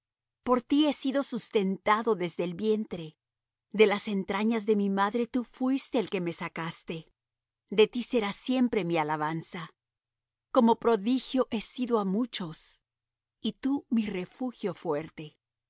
por ti he sido sustentado desde el vientre de las entrañas de mi madre tú fuiste el que me sacaste de ti será siempre mi alabanza como prodigio he sido á muchos y tú mi refugio fuerte